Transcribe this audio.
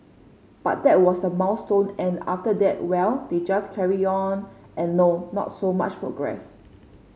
but that was the milestone and after that well they just carry on and no not so much progress